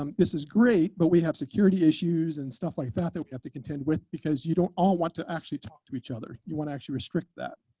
um this is great, but we have security issues and stuff like that that we have to contend with, because you don't all want to actually talk to each other. you want to actually restrict that.